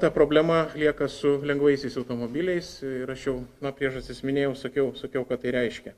ta problema lieka su lengvaisiais automobiliais ir aš jau na priežastis minėjau sakiau sakiau ką tai reiškia